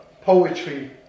poetry